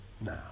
now